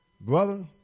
Brother